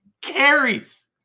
carries